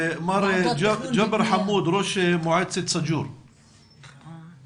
דקות לשמוע קול של הנוער, הנוער